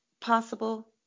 possible